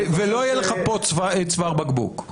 ולא יהיה לך פה צוואר בקבוק.